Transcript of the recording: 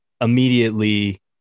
immediately